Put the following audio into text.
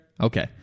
Okay